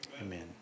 amen